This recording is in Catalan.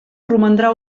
romandrà